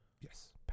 Yes